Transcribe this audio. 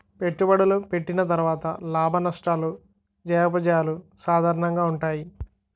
పెట్టుబడులు పెట్టిన తర్వాత లాభనష్టాలు జయాపజయాలు సాధారణంగా ఉంటాయి